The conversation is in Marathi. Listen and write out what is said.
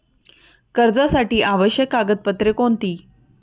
कर्जासाठी आवश्यक कागदपत्रे कोणती?